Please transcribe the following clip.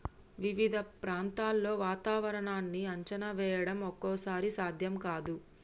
వివిధ ప్రాంతాల్లో వాతావరణాన్ని అంచనా వేయడం ఒక్కోసారి సాధ్యం కాదు